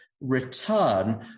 return